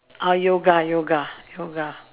ah yoga yoga yoga